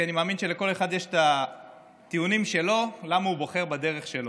כי אני מאמין שלכל אחד יש את הטיעונים שלו למה הוא בוחר בדרך שלו.